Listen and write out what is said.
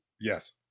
Yes